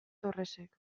torresek